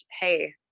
hey